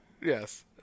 Yes